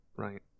Right